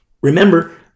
remember